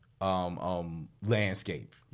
landscape